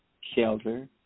shelter